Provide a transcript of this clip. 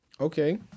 Okay